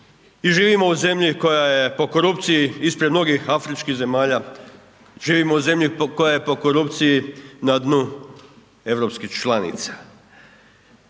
i živimo u zemlji koja je po korupciji ispred mnogih afričkih zemalja, živimo u zemlji koja je po korupciji na dnu europskih članica.